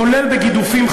כולל בגידופים,